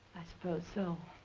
i suppose so.